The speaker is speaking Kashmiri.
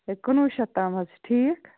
ہے کُنوُہ شیٚتھ تَام حَظ چھُ ٹھیٖک